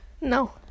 No